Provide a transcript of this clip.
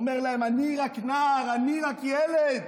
ואומר להם: אני רק נער, אני רק ילד,